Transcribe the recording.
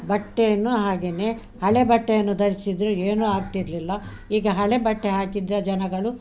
ಬಟ್ಟೆಯನ್ನು ಹಾಗೆನೇ ಹಳೆ ಬಟ್ಟೆಯನ್ನು ಧರಿಸಿದ್ದರೂ ಏನೂ ಆಗ್ತಿರಲಿಲ್ಲ ಈಗ ಹಳೆ ಬಟ್ಟೆ ಹಾಕಿದರೆ ಜನಗಳು